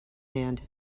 hand